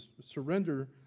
surrender